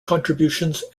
contributions